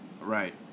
Right